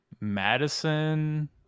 Madison